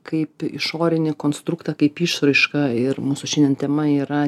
kaip išorinį konstruktą kaip išraišką ir mūsų šiandien tema yra